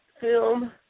film